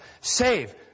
Save